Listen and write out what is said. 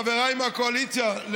חבריי מהקואליציה,